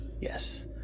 Yes